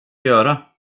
göra